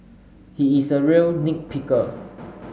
he is a real nit picker